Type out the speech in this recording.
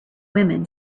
women